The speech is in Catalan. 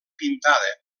pintada